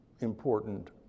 important